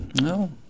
No